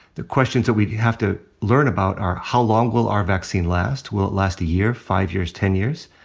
the questions that we'd have to learn about are, how long will our vaccine last? will it last a year? five years? ten years?